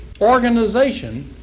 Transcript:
organization